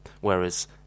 whereas